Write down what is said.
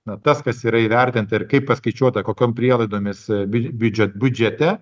na tas kas yra įvertinta ir kaip paskaičiuota kokiom prielaidomis biu biudžet biudžete